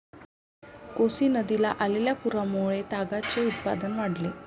कोसी नदीला आलेल्या पुरामुळे तागाचे उत्पादन वाढले